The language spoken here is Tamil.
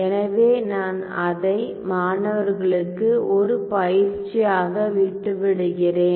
எனவே நான் அதை மாணவர்களுக்கு ஒரு பயிற்சியாக விட்டுவிடுகிறேன்